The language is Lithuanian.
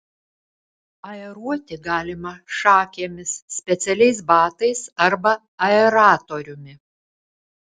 aeruoti galima šakėmis specialiais batais arba aeratoriumi